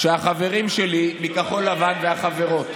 החברים שלי מכחול לבן, והחברות,